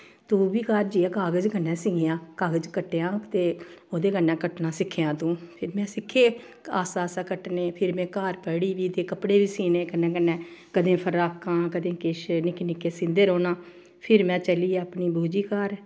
तू बी घर जाइयै कागज कन्नै सीआं कागज कट्टेआं ते ओह्दे कन्नै कट्टना सिक्खेआं तूं फिर में सिक्खे आस्ता आस्ता कट्टने फिर में घर पढ़ी बी ते कपड़े बी सीने कन्नै कन्नै कदें फ्रॉकां कदें किश निक्के निक्के सीहंदे रौह्ना फिर में चली अपनी बू जी घर